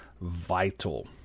vital